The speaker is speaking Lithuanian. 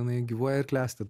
jinai gyvuojair klesti